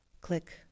Click